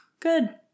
Good